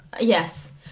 Yes